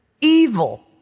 evil